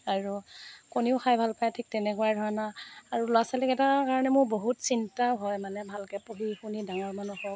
আৰু কণীও খাই ভাল পায় ঠিক তেনেকুৱা ধৰণৰ আৰু ল'ৰা ছোৱালীকেইটাৰ কাৰণে মোৰ বহুত চিন্তাও হয় মানে ভালকৈ পঢ়ি শুনি ডাঙৰ মানুহ হওঁক